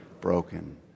broken